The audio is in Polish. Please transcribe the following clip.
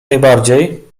najbardziej